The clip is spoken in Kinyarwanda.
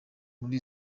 muri